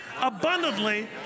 abundantly